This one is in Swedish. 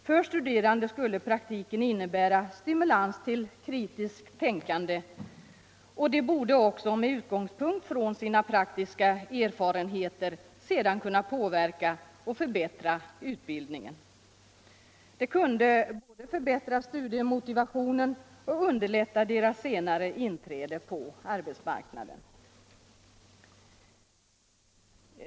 För studerande skulle praktiken innebära stimulans till kritiskt tänkande. De borde också med utgångspunkt i sina praktiska erfarenheter sedan kunna påverka och förbättra utbildningen. Det kunde både förbättra studiemotivationen och underlätta deras senare inträde på arbetsmarknaden.